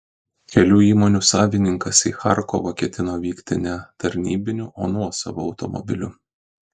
kelių įmonių savininkas į charkovą ketino vykti ne tarnybiniu o nuosavu automobiliu